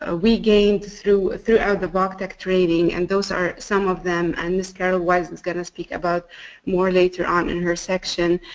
ah we gained throughout the voctec training and those are some of them and miss carol weis is going to speak about more later on in her section.